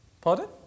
Pardon